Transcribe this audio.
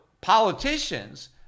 politicians